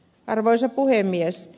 arvoisa puhemies